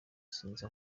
sinzi